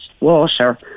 water